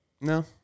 No